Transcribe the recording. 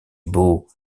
beau